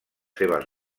seves